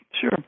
sure